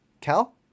Cal